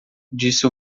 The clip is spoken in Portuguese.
disse